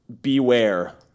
beware